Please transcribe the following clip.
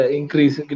increase